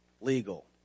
legal